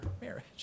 marriage